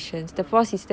mm